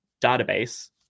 database